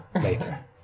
later